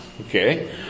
Okay